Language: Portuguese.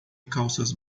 calças